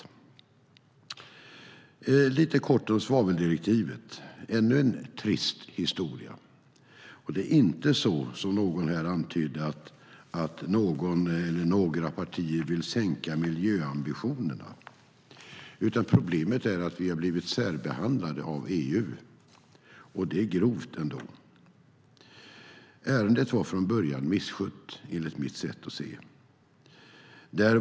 Jag ska säga något kort om svaveldirektivet. Det är ännu en trist historia. Det är inte så, som någon här antydde, att något eller några partier vill sänka miljöambitionerna, utan problemet är att vi har blivit särbehandlade av EU, och det grovt. Ärendet var från början misskött, enligt mitt sätt att se det.